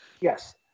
Yes